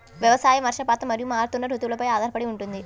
వ్యవసాయం వర్షపాతం మరియు మారుతున్న రుతువులపై ఆధారపడి ఉంటుంది